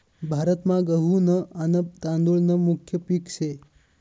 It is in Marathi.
भारतमा गहू न आन तादुळ न मुख्य पिक से